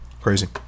Crazy